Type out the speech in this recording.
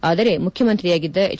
ಆದರೆ ಮುಖ್ಯಮಂತ್ರಿಯಾಗಿದ್ದ ಹೆಚ್